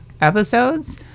episodes